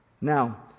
Now